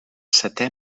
setè